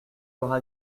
aura